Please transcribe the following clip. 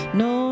no